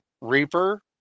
Reaper